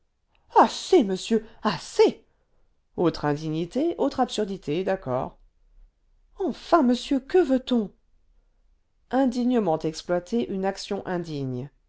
assez monsieur assez autre indignité autre absurdité d'accord enfin monsieur que veut-on indignement exploiter une action indigne